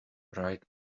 bright